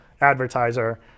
advertiser